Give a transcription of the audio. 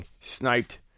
Sniped